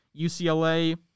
UCLA